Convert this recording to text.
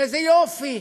איזה יופי.